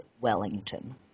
Wellington